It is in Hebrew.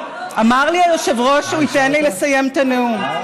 אמר לי היושב-ראש שהוא ייתן לי לסיים את הנאום.